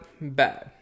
bad